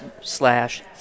Slash